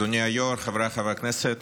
אדוני היו"ר, חבריי חברי הכנסת,